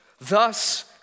Thus